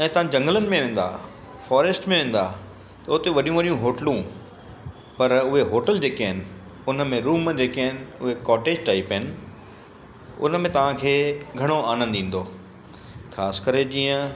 ऐं तव्हां झंगलनि में वेंदा फॉरेस्ट में वेंदा त हुते वॾियूं वॾियूं होटलियूं पर उहा होटल जे के आहिनि हुन में रूम जे के आहिनि उहे कॉटेज टाइप आहिनि हुन में तव्हांखे घणो आनंदु ईंदो ख़ासि करे जीअं